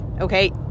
Okay